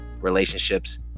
relationships